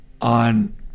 on